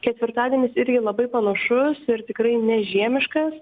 ketvirtadienis irgi labai panašus ir tikrai nežiemiškas